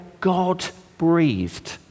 God-breathed